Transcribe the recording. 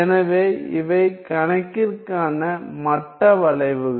எனவே இவை கணக்கிற்கான மட்ட வளைவுகள்